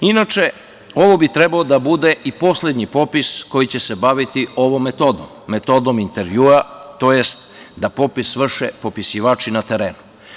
Inače, ovo bi trebalo da bude i poslednji popis koji će se baviti ovom metodom, metodom intervjua, tj. da popis vrše popisivači na terenu.